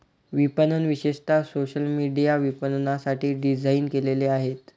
विपणक विशेषतः social media विपणनासाठी डिझाइन केलेले आहेत